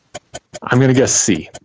i'm going to get c